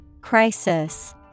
Crisis